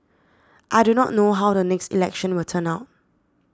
I do not know how the next election will turn out